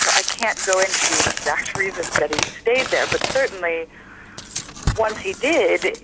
i can't go into the exact reasons that he stayed there, but certainly when he did,